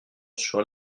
sur